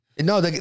No